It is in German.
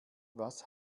was